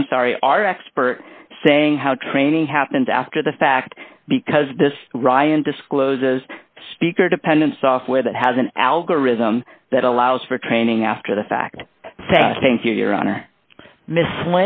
i'm sorry our expert saying how training happens after the fact because this ryan discloses speaker dependent software that has an algorithm that allows for training after the fact said thank you your honor m